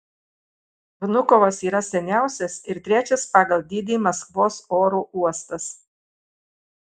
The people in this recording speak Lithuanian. vnukovas yra seniausias ir trečias pagal dydį maskvos oro uostas